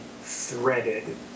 threaded